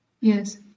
Yes